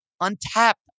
Untapped